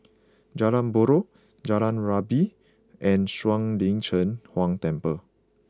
Jalan Buroh Jalan Rabu and Shuang Lin Cheng Huang Temple